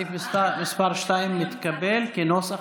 סעיף מס' 2 התקבל כנוסח